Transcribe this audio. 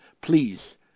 Please